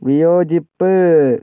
വിയോജിപ്പ്